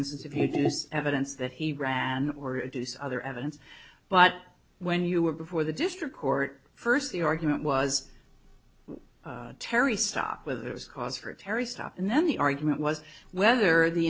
instance if you evidence that he ran it is other evidence but when you were before the district court first the argument was terry stop with it was cause for terry stop and then the argument was whether the